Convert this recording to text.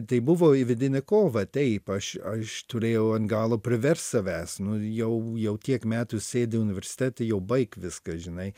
tai buvo vidinė kova taip aš aš turėjau ant galo priverst savęs nu jau jau tiek metų sėdi universitete jau baik viską žinai